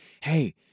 hey